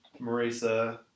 Marisa